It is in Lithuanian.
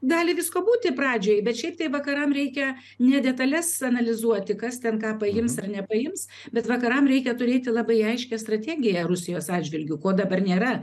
gali visko būti pradžioj bet šiaip tai vakaram reikia ne detales analizuoti kas ten ką paims ar nepaims bet vakaram reikia turėti labai aiškią strategiją rusijos atžvilgiu ko dabar nėra